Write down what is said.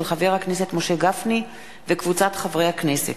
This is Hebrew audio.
של חבר הכנסת משה גפני וקבוצת חברי הכנסת,